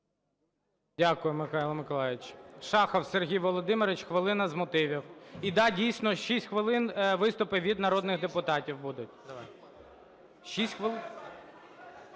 Дякую, Михайле Миколайовичу. Шахов Сергій Володимирович, хвилина з мотивів. І, да, дійсно, 6 хвилин виступи від народних депутатів будуть. Ви не